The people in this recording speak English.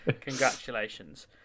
Congratulations